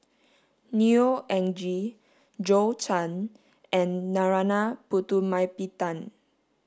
Neo Anngee Zhou Can and Narana Putumaippittan